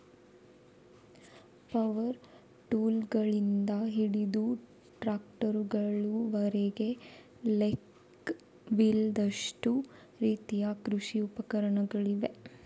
power ಟೂಲ್ಗಳಿಂದ ಹಿಡಿದು ಟ್ರಾಕ್ಟರುಗಳವರೆಗೆ ಲೆಕ್ಕವಿಲ್ಲದಷ್ಟು ರೀತಿಯ ಕೃಷಿ ಉಪಕರಣಗಳಿವೆ